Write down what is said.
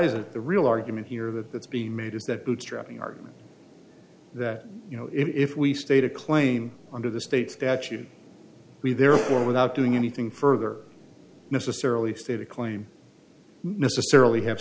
it the real argument here that that's being made is that bootstrapping argument that you know if we state a claim under the states that you we therefore without doing anything further necessarily state a claim necessarily have